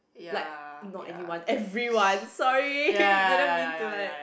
like not anyone everyone sorry didn't mean to like